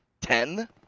Ten